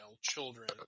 children